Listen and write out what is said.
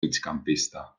migcampista